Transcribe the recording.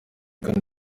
kane